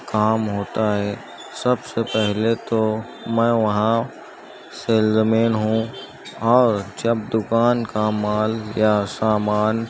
کام ہوتا ہے سب سے پہلے تو میں وہاں سیل مین ہوں اور جب دکان کا مال یا سامان